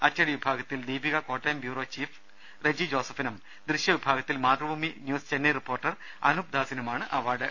അച്ചടി വിഭാഗത്തിൽ Deepika Kottayam bureau chief Reji ജോസഫിനും ദൃശ്യ വിഭാഗത്തിൽ മാതൃഭൂമി ന്യൂസ് ചെന്നൈ റിപ്പോർട്ടർ അനൂപ് ദാസിനുമാണ് അവാർഡ്